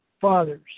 fathers